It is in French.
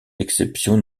exception